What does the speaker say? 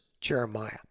Jeremiah